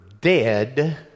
dead